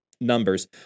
numbers